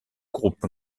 groupe